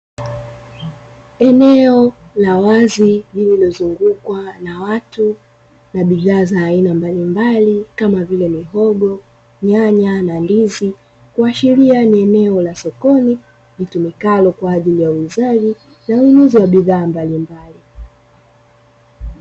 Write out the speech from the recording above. Eneo la wazi lililozungukwa na watu na bidhaa mbalimbali kamavile: mihogo, nyanya na ndizi kuashiria ni eneo la sokoni litumikalo kwa ajili ya uuzaji na ununuzi wa bidhaa mbalimbali.